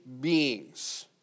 beings